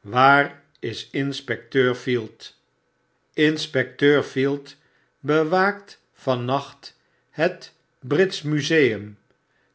waar is lnspecteur field inspecteur field bewaakt van nachthetbritsch museum